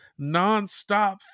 nonstop